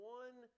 one